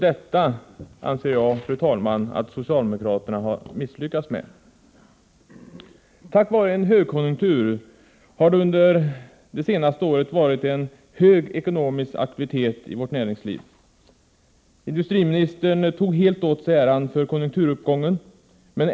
Det har socialdemokraterna misslyckats med, anser jag. Tack vare en högkonjunktur har det under senaste året varit en hög ekonomisk aktivitet i vårt näringsliv, och industriministern tog helt åt sig äran för konjunkturuppgången.